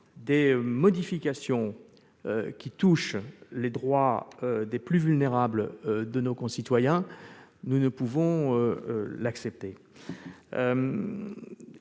des modifications qui touchent aux droits des plus vulnérables de nos concitoyens ! Nous ne pouvons pas accepter